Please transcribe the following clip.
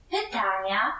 Pytania